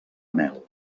mel